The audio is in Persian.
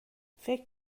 فکر